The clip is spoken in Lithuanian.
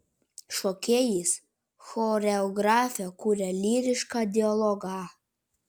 šokėjais choreografė kuria lyrišką dialogą